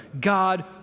God